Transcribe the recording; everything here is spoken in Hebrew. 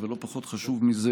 אבל לא פחות חשוב מזה,